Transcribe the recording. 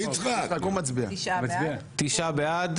תשעה בעד.